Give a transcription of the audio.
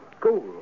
Cool